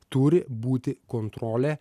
turi būti kontrolė